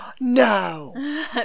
No